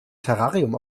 terrarium